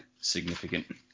significant